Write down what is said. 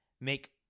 make